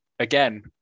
Again